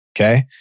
Okay